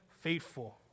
faithful